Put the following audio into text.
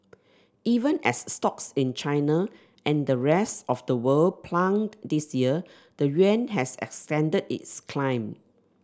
even as stocks in China and the rest of the world plunged this year the yuan has extended its climb